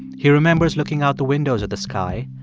he remembers looking out the windows at the sky.